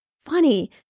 funny